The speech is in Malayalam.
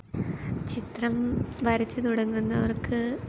ചിത്രം വരച്ച് തുടങ്ങുന്നവർക്ക്